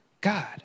God